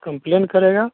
complain करेगा